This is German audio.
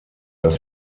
dass